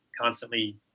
constantly